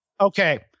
Okay